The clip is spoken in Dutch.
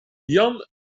jan